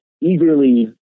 eagerly